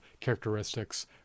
characteristics